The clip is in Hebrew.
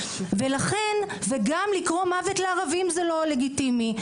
ולכן וגם לקרוא מוות לערבים זה לא לגיטימי.